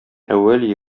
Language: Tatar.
әүвәл